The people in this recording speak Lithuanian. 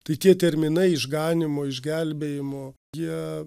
tai tie terminai išganymo išgelbėjimo jie